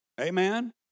Amen